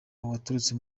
waturutse